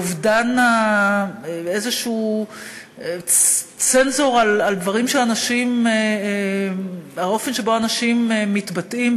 אובדן איזשהו צנזור על האופן שבו אנשים מתבטאים,